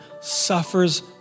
suffers